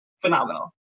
phenomenal